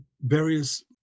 various